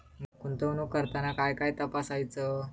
गुंतवणूक करताना काय काय तपासायच?